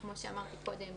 כמו שאמרתי קודם,